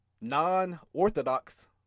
non-Orthodox